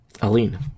Aline